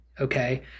okay